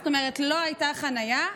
זאת אומרת לא הייתה חניה,